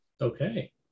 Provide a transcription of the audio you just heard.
Okay